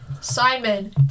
Simon